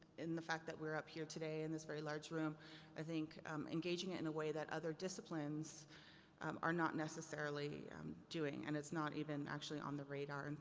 in the fact that we're up here today in this very large room i think engaging it in a way that other disciplines are not necessarily doing, and it's not even actually on the radar.